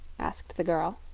asked the girl.